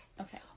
Okay